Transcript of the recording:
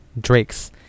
drakes